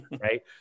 Right